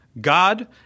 God